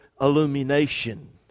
illumination